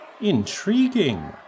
Intriguing